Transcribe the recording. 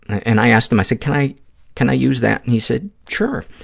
and i asked him, i said, can i can i use that, and he said, sure.